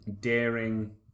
daring